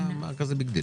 זה לא ביג דיל.